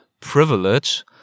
privilege